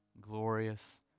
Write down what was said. glorious